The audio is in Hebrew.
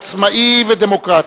עצמאי ודמוקרטי.